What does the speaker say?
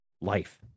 life